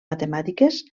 matemàtiques